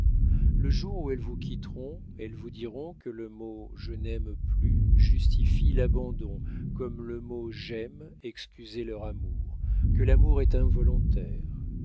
le jour où elles vous quitteront elles vous diront que le mot je n'aime plus justifie l'abandon comme le mot j'aime excusait leur amour que l'amour est involontaire